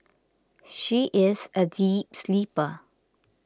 she is a deep sleeper